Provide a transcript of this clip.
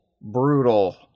brutal